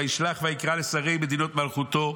וישלח ויקרא לשר מדינות מלכותו,